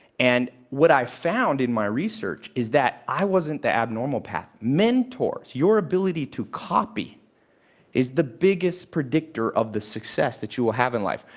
and what i've found in my research is that i wasn't the abnormal path. mentors your ability to copy is the biggest predictor of the success that you will have in life.